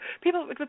people